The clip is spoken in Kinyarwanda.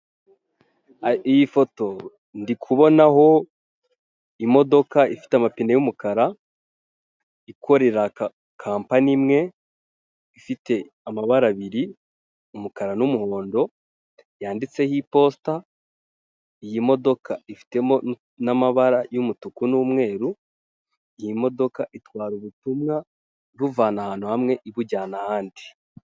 Iyi foto ndikubonaho imodoka ifite amapine y'umukara ikorera kampani imwe, ifite amabara abiri umukara n'umuhondo, yanditseho iposita. Iyi modoka ifitemo n'amabara y'umutuku n'umweru Iyi modoka itwara ubutumwa ibuvana ahantu hamwe ibujyana ahandi.